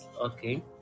okay